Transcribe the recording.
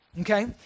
Okay